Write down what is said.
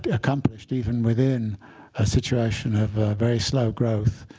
ah accomplished even within a situation of very slow growth,